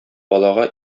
балага